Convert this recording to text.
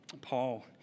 Paul